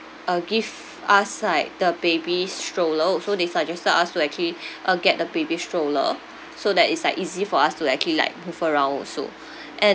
uh give us like the baby stroller also they suggested us to actually uh get a baby stroller so that it's like easy for us to actually like move around also and